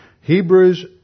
Hebrews